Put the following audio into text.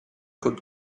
could